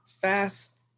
fast